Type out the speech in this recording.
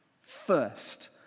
first